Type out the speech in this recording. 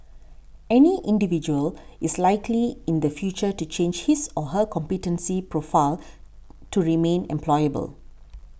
any individual is likely in the future to change his or her competence profile to remain employable